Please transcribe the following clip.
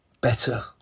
better